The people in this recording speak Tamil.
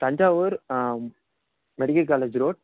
Thanjavur medical college road